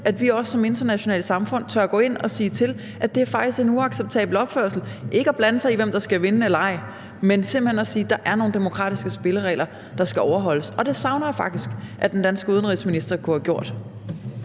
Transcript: at vi også som internationalt samfund tør gå ind og sige, at det faktisk er en uacceptabel opførsel. Det er ikke at blande sig i, hvem der skal vinde, men simpelt hen at sige, at der er nogle demokratiske spilleregler, der skal overholdes. Det savner jeg faktisk, og det burde den danske udenrigsminister have gjort.